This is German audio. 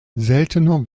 seltener